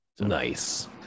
Nice